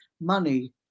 money